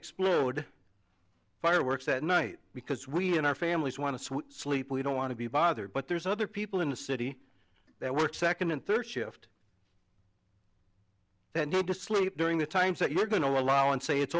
explode fireworks at night because we and our families want to sleep we don't want to be bothered but there's other people in the city that work second and third shift that need to sleep during the times that we're going to allow and say it's